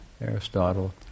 Aristotle